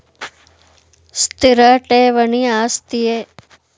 ಸ್ಥಿರ ಠೇವಣಿ ಆಸ್ತಿಯೇ?